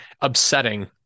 upsetting